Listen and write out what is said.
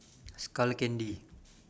Skull Candy